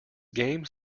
game